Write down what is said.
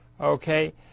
okay